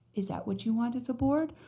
is that what you want as a board?